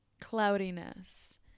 cloudiness